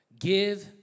Give